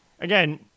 Again